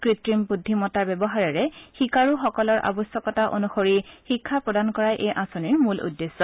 কৃত্ৰিম বুদ্ধিমত্তাৰ ব্যৱহাৰেৰে শিকাৰু সকলৰ আৱশ্যকতা অনুসৰি শিক্ষা প্ৰদান কৰাই এই আঁচনিৰ মূল উদ্দেশ্য